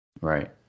Right